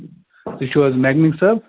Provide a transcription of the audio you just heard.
تُہۍ چھُو حظ مٮ۪کنِک صٲب